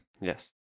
Yes